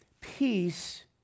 Peace